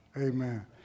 Amen